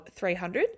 300